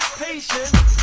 patient